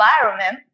environment